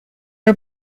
are